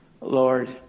Lord